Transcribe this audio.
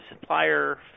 supplier